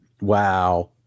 Wow